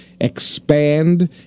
expand